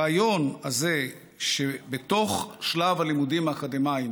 הרעיון הזה שבתוך שלב הלימודים האקדמיים